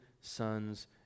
sons